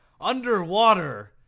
underwater